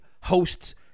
hosts